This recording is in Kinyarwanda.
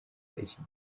iki